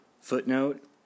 Footnote